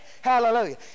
Hallelujah